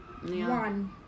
one